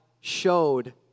showed